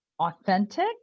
authentic